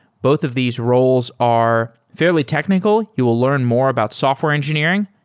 both of these roles are fairly technical. you will learn more about software engineering.